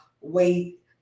wait